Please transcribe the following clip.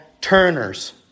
turners